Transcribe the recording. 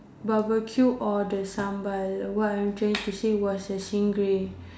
barbecue or the sambal what I'm trying to say was the stingray